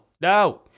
No